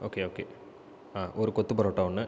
okay okay ஒரு கொத்து பரோட்டா ஒன்று